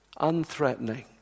unthreatening